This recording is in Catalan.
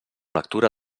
lectura